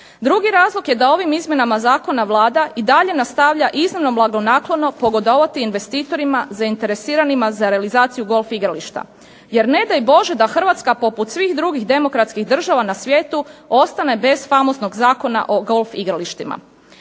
Drugi razlog je da ovim izmjenama Vlada nastavlja iznimno blagonaklono pogodovati investitorima zainteresiranima za realizaciju golf igrališta. Jer ne daj Bože da Hrvatska poput svih drugih demokratskih država na svijetu ostane bez famoznog zakona o golf igralištima.